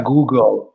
Google